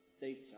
data